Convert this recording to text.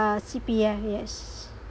C_P_F yes